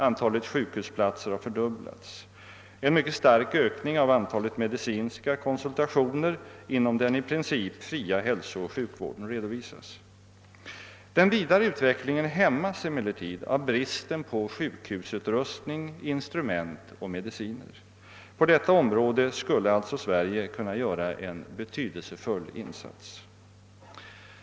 Antalet sjukhusplatser har fördubblats. En mycket stark ökning av antalet medicinska konsultationer inom den i princip fria hälsooch sjukvården redovisas. Den vidare utvecklingen hämmas emellertid av bristen på sjukhusutrustning, instrument och mediciner. På detta område skulle alltså Sverige kunna göra en betydelsefull insats.